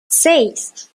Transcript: seis